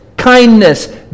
Kindness